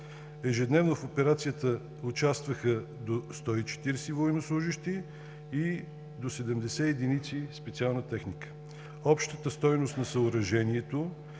Ежедневно в операцията участваха до 140 военнослужещи и до 70 единици специална техника. Общата стойност на съоръжението: